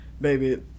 baby